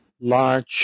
large